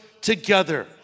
together